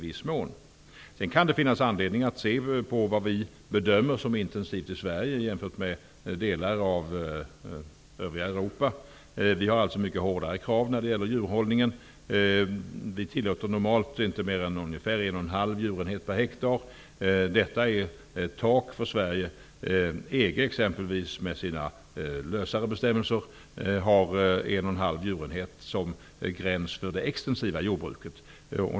Det kan också finnas anledning att när det gäller det som vi i Sverige bedömer som intensivt jämföra med andra delar av övriga Europa. I Sverige har vi alltså mycket hårdare krav vad gäller djurhållningen. I Sverige tillåts normalt inte mer än 1,5 djurenheter per hektar. Detta är ett tak för Sverige. Exempelvis EG, med sina lösare bestämmelser har 1,5 djurenheter som gräns för det extensiva jordbruket.